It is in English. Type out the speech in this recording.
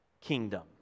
kingdom